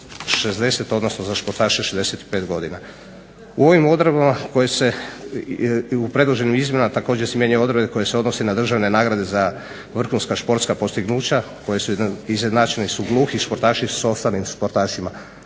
60 odnosno za sportaše 65 godina. U ovim odredbama i u predloženim izmjenama također se mijenjaju odredbe koje se odnose na državne nagrade za vrhunska sportska postignuća koje su izjednačeni gluhi sportaši sa ostalim sportašima